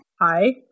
Hi